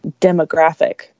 demographic